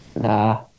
nah